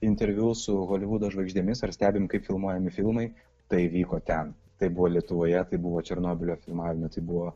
interviu su holivudo žvaigždėmis ar stebim kaip filmuojami filmai tai vyko ten tai buvo lietuvoje tai buvo černobylio filmavimai tai buvo